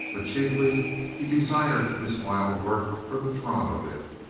but chiefly he desired this wild work for the throb of it,